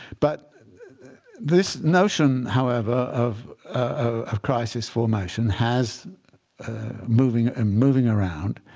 but this notion, however, of of crisis formation has moving and moving around.